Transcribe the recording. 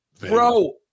Bro